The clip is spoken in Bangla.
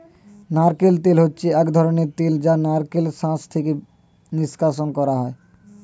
নারকেল তেল হচ্ছে এক ধরনের তেল যা নারকেলের শাঁস থেকে নিষ্কাশণ করা হয়